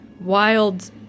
wild